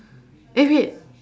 eh wait